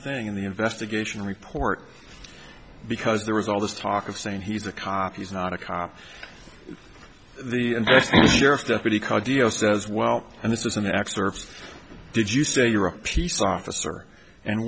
thing in the investigation report because there was all this talk of saying he's a cop he's not a cop the sheriff's deputy cardio says well and this is an x server did you say you're a peace officer and